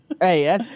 Hey